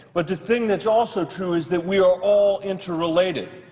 but the thing that's also true is that we are all interrelated,